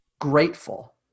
grateful